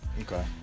Okay